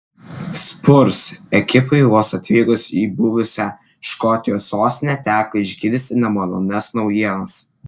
spurs ekipai vos atvykus į buvusią škotijos sostinę teko išgirsti nemalonias naujienas